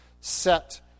set